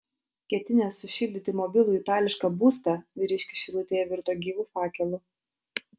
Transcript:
ketinęs sušildyti mobilų itališką būstą vyriškis šilutėje virto gyvu fakelu